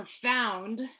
profound